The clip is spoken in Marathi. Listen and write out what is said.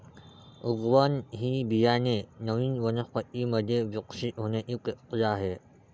उगवण ही बियाणे नवीन वनस्पतीं मध्ये विकसित होण्याची प्रक्रिया आहे